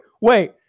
wait